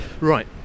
Right